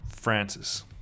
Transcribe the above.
Francis